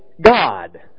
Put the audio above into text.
God